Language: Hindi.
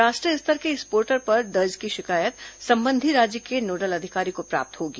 राष्ट्रीय स्तर के इस पोर्टल पर दर्ज की शिकायत संबंधी राज्य के नोडल अधिकारी को प्राप्त होगी